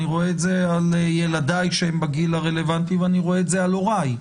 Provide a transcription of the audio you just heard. אני רואה את זה על ילדי שהם בגיל הרלוונטי ואני רואה את זה על הורי.